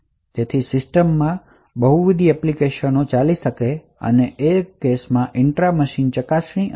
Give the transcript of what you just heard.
તેથી સિસ્ટમ માં બહુવિધ એપ્લિકેશન ચાલી રહેલ હોય તેવા દૃશ્યમાં ઇન્ટ્રા મશીન ચકાસણી થાય છે